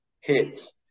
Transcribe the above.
hits